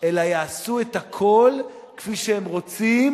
אלא יעשו את הכול כפי שהם רוצים,